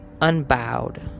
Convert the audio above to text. unbowed